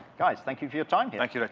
guys, thank you for your time thank you, like